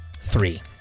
three